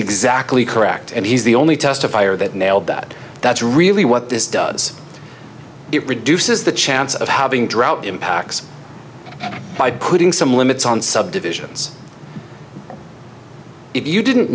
exactly correct and he's the only testifier that nailed that that's really what this does it reduces the chance of having drought impacts by putting some limits on subdivisions if you didn't